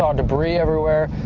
ah debris everywhere,